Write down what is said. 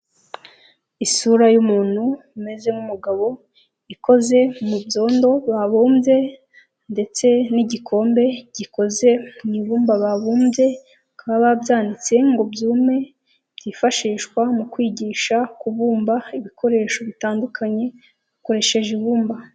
Isura y'umuntu umeze nk'umugabo ,ikoze mu byondo babumbye ndetse n'igikombe gikoze mu ibumba babumbye, bakaba babyanitse ngo byume, byifashishwa mu kwigisha kubumba ibikoresho bitandukanye bakoresheje ibumba.